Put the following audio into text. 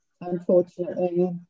unfortunately